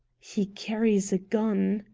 he carries a gun,